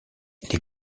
les